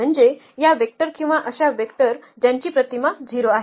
म्हणजे या वेक्टर किंवा अशा वेक्टर ज्यांची प्रतिमा 0 आहे